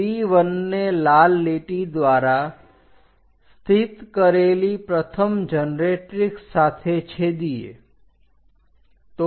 P1 ને લાલ લીટી દ્વારા સ્થિત કરેલી પ્રથમ જનરેટ્રીક્ષ સાથે છેદીએ